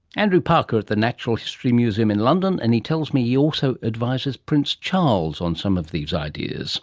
andrew parker at the natural history museum in london. and he tells me he also advises prince charles on some of these ideas